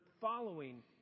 following